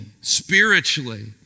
spiritually